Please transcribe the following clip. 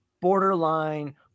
borderline